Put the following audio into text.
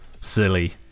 silly